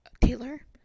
Taylor